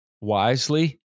wisely